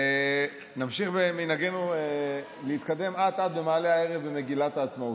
נמשיך במנהגנו להתקדם אט-אט במעלה הערב במגילת העצמאות.